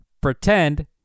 pretend